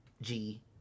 G-